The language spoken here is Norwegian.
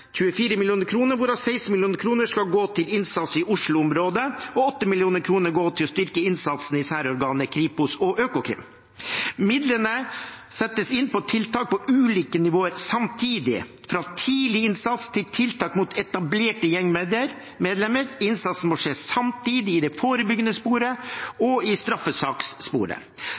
16 mill. kr skal gå til innsats i Oslo-området og 8 mill. kr til å styrke innsatsen i særorganene Kripos og Økokrim. Midlene settes inn på tiltak på ulike nivåer samtidig, fra tidlig innsats til tiltak mot etablerte gjengmedlemmer. Innsatsen må skje samtidig i det forebyggende sporet og i straffesakssporet.